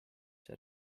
see